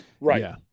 Right